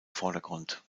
vordergrund